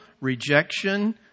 rejection